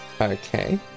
Okay